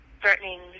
threatening